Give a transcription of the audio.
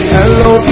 Hello